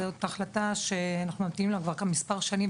זאת החלטה שאנחנו מחכים לה כבר כמה שנים,